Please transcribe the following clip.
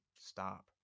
Stop